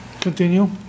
Continue